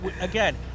again